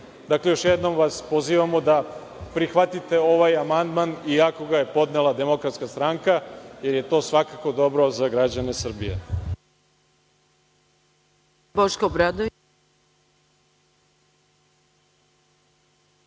Srbije. Dakle, još jednom vas pozivamo da prihvatite ovaj amandman, iako ga je podnela DS, jer je to svakako dobro za građane Srbije.